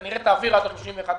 כנראה תעביר תקציב עד ה-31 במרס,